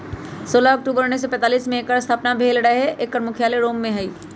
सोलह अक्टूबर उनइस सौ पैतालीस में एकर स्थापना भेल रहै एकर मुख्यालय रोम में हइ